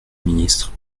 ministre